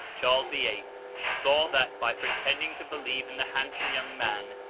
charles the eighth, saw that, by pretending to believe in the handsome young man,